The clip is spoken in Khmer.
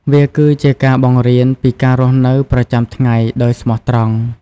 វាគឺជាការបង្រៀនពីការរស់នៅប្រចាំថ្ងៃដោយស្មោះត្រង់។